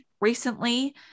recently